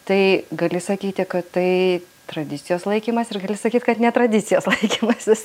tai gali sakyti kad tai tradicijos laikymasis ir gali sakyt kad ne tradicijos laikymasis